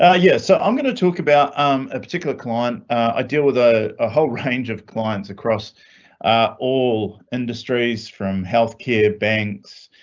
ah yeah, so i'm gonna talk about um a particular client. i deal with a a whole range of clients across all industries from healthcare banks.